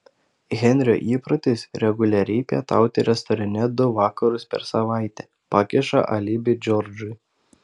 henrio įprotis reguliariai pietauti restorane du vakarus per savaitę pakiša alibi džordžui